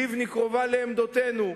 לבני קרובה לעמדותינו,